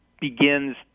begins